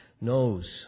knows